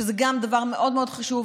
שזה גם דבר מאוד מאוד חשוב.